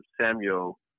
Samuel